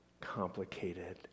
complicated